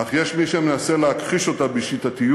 אך יש מי שמנסה להכחיש אותה בשיטתיות.